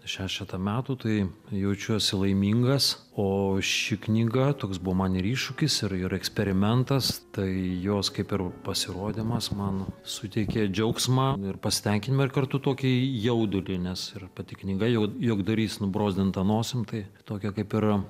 šešetą metų tai jaučiuosi laimingas o ši knyga toks buvo man ir iššūkis ir ir eksperimentas tai jos kaip ir pasirodymas man suteikė džiaugsmą ir pasitenkinimą ir kartu tokį jaudulį nes ir pati knyga jau juokdarys nubrozdinta nosim tai tokia kaip ir